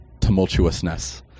tumultuousness